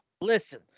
Listen